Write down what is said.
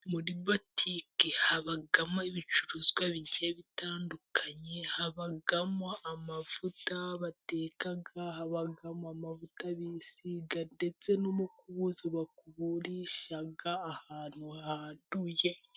Muri botike habamo ibicuruzwa bigiye bitandukanye. Habamo amavuta bateka, habamo amavuta bisiga, ndetse n'umukubuzo bakuburisha ahantu handuye.